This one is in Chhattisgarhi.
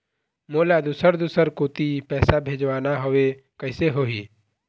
मोला दुसर दूसर कोती पैसा भेजवाना हवे, कइसे होही?